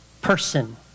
person